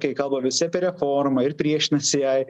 kai kalba visi apie reformą ir priešinasi jai